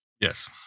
yes